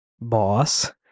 boss